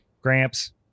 Gramps